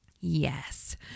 yes